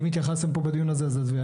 אם התייחסתם פה בדיון הזה אז עזבי,